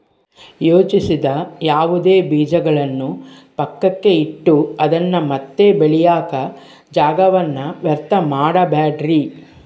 ಯೋಜಿಸದ ಯಾವುದೇ ಬೀಜಗಳನ್ನು ಪಕ್ಕಕ್ಕೆ ಇಟ್ಟು ಅದನ್ನ ಮತ್ತೆ ಬೆಳೆಯಾಕ ಜಾಗವನ್ನ ವ್ಯರ್ಥ ಮಾಡಬ್ಯಾಡ್ರಿ